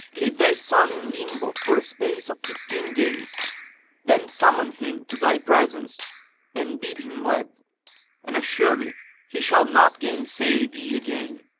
leave thy son in limbo for the space of fifteen days then summon him to thy presence and bid him wed and assuredly he shall not gainsay thee again.